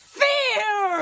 fear